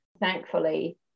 thankfully